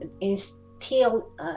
instill